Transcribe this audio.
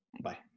Bye